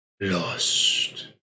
Lost